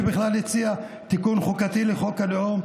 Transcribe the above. שבכלל הציע תיקון חוקתי לחוק הלאום,